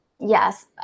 Yes